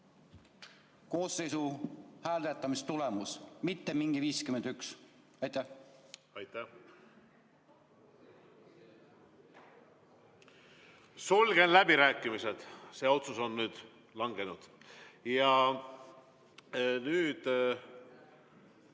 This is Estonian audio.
koosseisu hääletamistulemus, mitte mingi 51. Aitäh! Sulgen läbirääkimised. See otsus on nüüd langenud. Selle